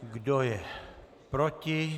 Kdo je proti?